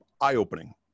eye-opening